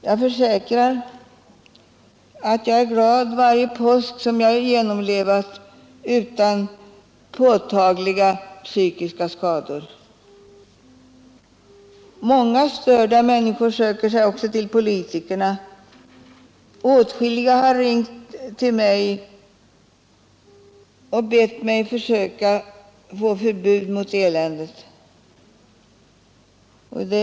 Jag försäkrar att jag är glad varje påsk jag genomlever utan påtagliga psykiska skador. Många störda människor vänder sig också till oss politiker. Åtskilliga har ringt till mig och bett mig försöka åstadkomma förbud mot detta ofog.